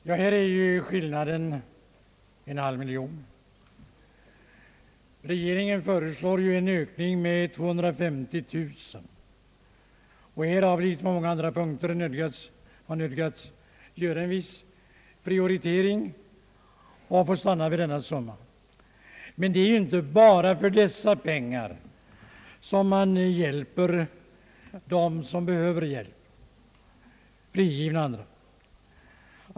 Herr talman! Skillnaden mellan reservanternas förslag och utskottets är en halv miljon kronor. Regeringen föreslår en ökning med 250 000 kronor. Här har vi liksom i så många andra punkter nödgats göra en viss prioritering och fått stanna vid denna summa. Men det är inte bara med dessa pengar som man hjälper de villkorligt frigivna.